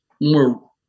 more